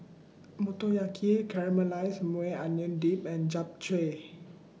Motoyaki Caramelized Maui Onion Dip and Japchae